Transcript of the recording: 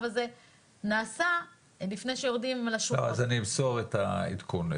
הזה נעשה לפני שיורדים ל- -- אז אני אמסור את העדכון.